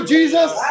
Jesus